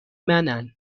منن